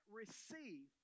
receive